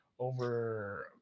over